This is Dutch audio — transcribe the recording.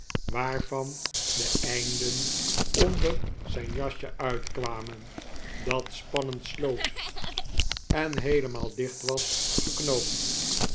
waarvan de einden onder zijn jasje uitkwamen dat spannend sloot en heelemaal was dicht geknoopt